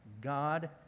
God